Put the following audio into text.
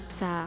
sa